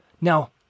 Now